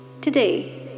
Today